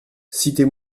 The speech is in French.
citez